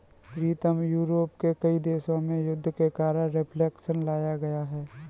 प्रीतम Europe के कई देशों में युद्ध के कारण रिफ्लेक्शन लाया गया है